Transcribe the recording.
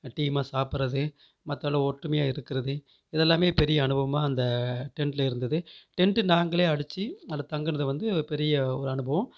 டீமாக சாப்பிட்றது மற்றதெல்லாம் ஒற்றுமையாக இருக்கிறது இதெல்லாம் பெரிய அனுபவமாக அந்த டென்டில் இருந்தது டென்ட்டு நாங்களே அடிச்சு அதில் தங்கனதை வந்து பெரிய ஒரு அனுபவம்